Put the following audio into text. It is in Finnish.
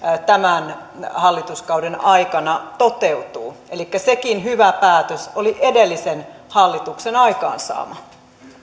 tämän hallituskauden aikana toteutuu elikkä sekin hyvä päätös oli edellisen hallituksen aikaansaama